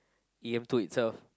E_M-two itself